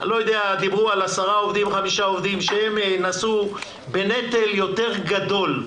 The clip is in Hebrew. דיברו על 10, חמישה עובדים שנשאו בנטל יותר גדול.